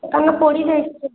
କାହିଁକିନା ପୋଡ଼ିଯାଇଛି